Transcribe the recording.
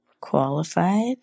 qualified